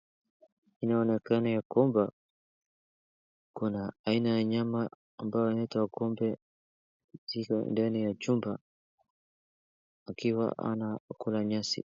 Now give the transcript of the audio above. Inaonekana ya kwamba kuna aina ya nyama ambayo inaitwa kobe. Ako ndani ya nyumba akiwa anakula nyasi.